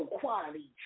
quality